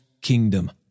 kingdom